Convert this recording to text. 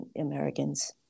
Americans